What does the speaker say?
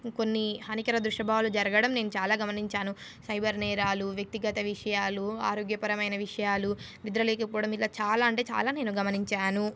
కొన్ని హానికర దృశ్యభాగాలు జరగడం నేను చాలా గమనించాను సైబర్ నేరాలు వ్యక్తిగత విషయాలు ఆరోగ్యపరమైన విషయాలు నిద్ర లేకపోవడం ఇలా చాలా అంటే చాలా నేను గమనించాను